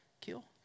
kill